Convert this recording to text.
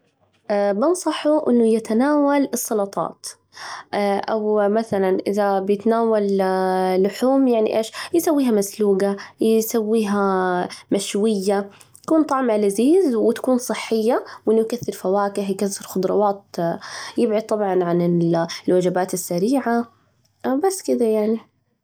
بنصحه إنه يتناول السلطات، أو مثلاً إذا بيتناول لحوم، يعني إيش، يسويها مسلوجة ،يسويها مشوية، يكون طعمها لذيذ وتكون صحية، وإنه يكثر فواكه ، يكثر خضروات، ويبعد طبعاً عن الوجبات السريعة، وبس كذا يعني.